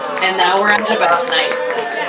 and now we're at about nineteen.